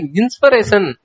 inspiration